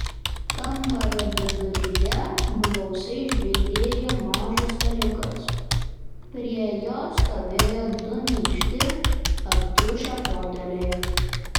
kambario viduryje blausiai žvilgėjo mažas staliukas prie jo stovėjo du minkšti aptriušę foteliai